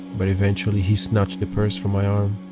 but eventually he snatched the purse from my arm.